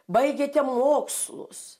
baigėte mokslus